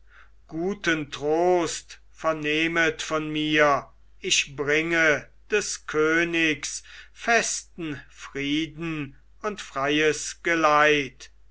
guten trost vernehmet von mir ich bringe des königs festen frieden und freies geleit